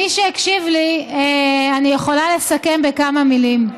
מי שהקשיב לי, אני יכולה לסכם בכמה מילים: